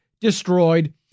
destroyed